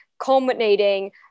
culminating